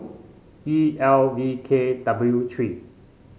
E L V K W three